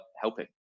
helping